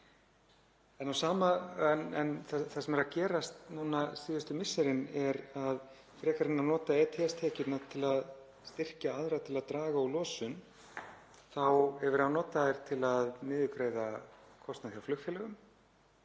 En það sem er að gerast núna síðustu misserin er að frekar en að nota ETS-tekjurnar til að styrkja aðra til að draga úr losun þá er verið að nota þær til að niðurgreiða kostnað hjá flugfélögum.